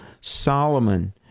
Solomon